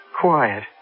quiet